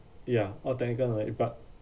ya all technically but